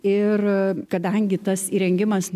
ir kadangi tas įrengimas